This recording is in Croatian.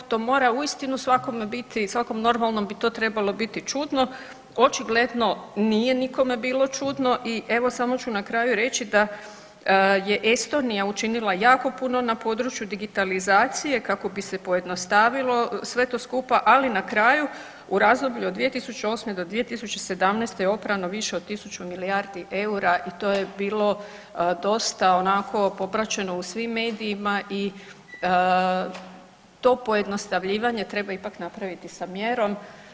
To mora uistinu svakome biti, svakom normalnom bi to trebalo biti čudno, očigledno nije nikome bilo čudno i evo samo ću na kraju reći da je Estonija učinila jako puno na području digitalizacije kako bi se pojednostavilo sve to skupa, ali na kraju u razdoblju od 2008. do 2017. je oprano više od tisuću milijardi eura i to je bilo dosta onako popraćeno u svim medijima i to pojednostavljivanje treba ipak napraviti sa mjerom.